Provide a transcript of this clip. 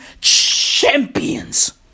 champions